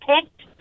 picked